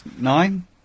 Nine